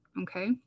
Okay